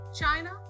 China